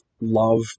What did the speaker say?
love